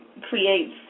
creates